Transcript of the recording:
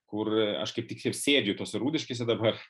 kur aš kaip tik taip sėdžiu tose rūdiškėse dabar